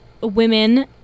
women